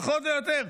פחות או יותר,